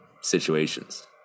situations